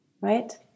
Right